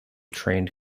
trained